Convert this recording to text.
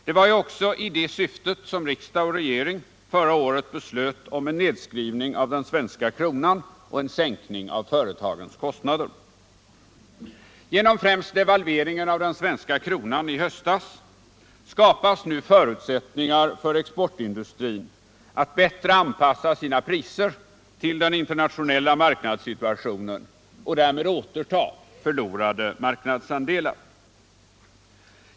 Det var ju även i detta syfte som riksdag och regering förra året beslöt om en nedskrivning av den svenska kronan och en sänkning av företagens kostnader. Genom främst devalveringen av den svenska kronan i höstas skapas nu förutsättningar för exportindustrin att bättre anpassa sina priser till den internationella marknadssituationen och därmed återta förlorade marknadsandelar.